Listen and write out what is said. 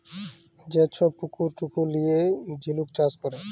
যে ছব পুকুর টুকুর লিঁয়ে ঝিলুক চাষ ক্যরে